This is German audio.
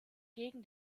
gegen